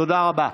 תודה רבה.